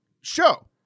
show